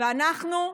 ואנחנו,